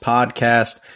Podcast